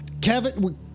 Kevin